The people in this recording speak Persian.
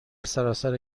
سراسر